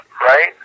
right